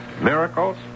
Miracles